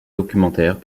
documentaires